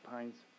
Pines